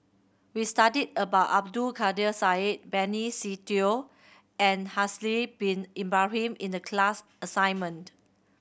we studied about Abdul Kadir Syed Benny Se Teo and Haslir Bin Ibrahim in the class assignment